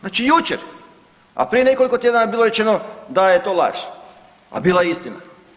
Znači jučer, a prije nekoliko tjedana bilo je rečeno da je to laž, a bila je istina.